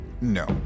No